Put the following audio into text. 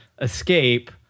escape